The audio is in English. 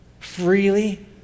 freely